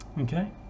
okay